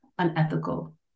Unethical